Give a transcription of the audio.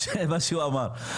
מה שהוא אמר.